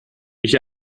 ich